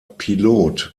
pilot